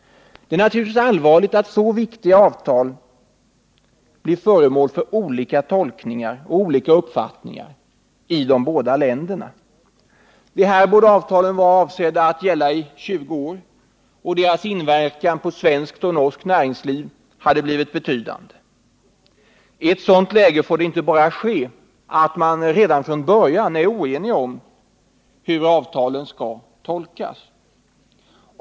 Det är naturligtvis allvarligt att så viktiga avtal blir föremål för olika tolkningar och olika uppfattningar i de båda länderna. Avtalen var avsedda att gälla i 20 år, och deras inverkan på svenskt och norskt näringsliv hade blivit betydande. I ett sådant läge får det bara inte ske, att man redan från början är oenig om hur avtalen skall tolkas.